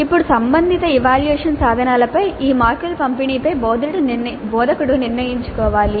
ఇప్పుడు సంబంధిత ఎవాల్యూయేషన్ సాధనాలపై ఈ మార్కుల పంపిణీపై బోధకుడు నిర్ణయించుకోవాలి